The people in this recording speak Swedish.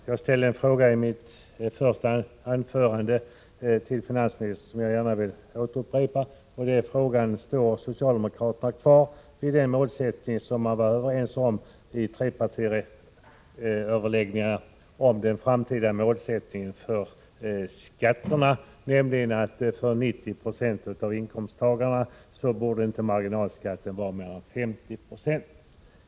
Herr talman! I mitt första anförande ställde jag till finansministern en fråga som jag gärna vill upprepa: Står socialdemokraterna kvar vid den målsättning som man kom överens om i trepartiöverläggningarna om den framtida målsättningen för skatterna, nämligen att för 90 96 av inkomsttagarna borde inte marginalskatterna uppgå till mer än 50 96?